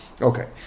Okay